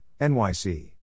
NYC